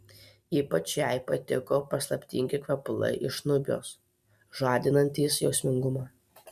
ypač jai patiko paslaptingi kvepalai iš nubijos žadinantys jausmingumą